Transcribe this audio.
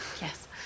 yes